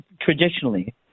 traditionally